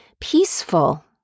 peaceful